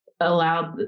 allowed